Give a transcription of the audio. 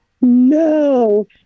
no